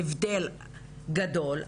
הבדל גדול,